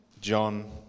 john